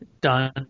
done